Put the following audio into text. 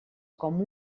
com